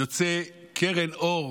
יוצאת קרן אור